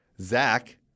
Zach